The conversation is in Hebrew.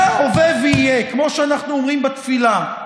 היה הווה ויהיה, כמו שאנחנו אומרים בתפילה.